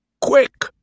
Quick